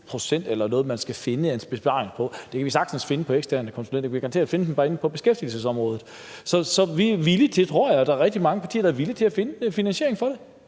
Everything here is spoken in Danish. pct. eller noget i den retning, man skal finde. Det kan vi sagtens finde på eksterne konsulenter; vi kan garanteret finde dem på bl.a. beskæftigelsesområdet. Så vi er villige til – og det tror jeg der er rigtig mange partier der er villige til – at finde finansiering for det.